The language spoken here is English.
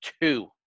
two